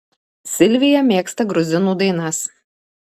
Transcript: silvija mėgsta gruzinų dainas